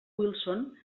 wilson